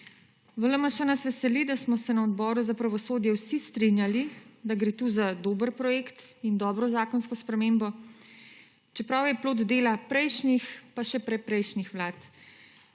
V LMŠ nas veseli, da smo se na odboru za pravosodje vsi strinjali, da gre tu za dober projekt in dobro zakonsko spremembo, čeprav je plod dela prejšnjih pa še predprejšnjih vlad.